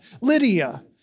Lydia